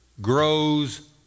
grows